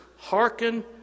Hearken